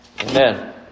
Amen